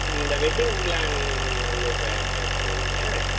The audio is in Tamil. இந்த வெட்டிங் ப்ளானிங்லேருந்து பே பேசுகிறீங்க நீங்கள்